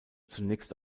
zunächst